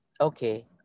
Okay